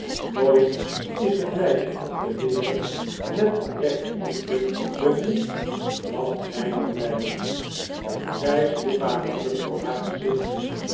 nooit is een meisje op de wereld met oprechter liefde bemind dan gij door mij zij sloeg haar handen voor haar gezichtje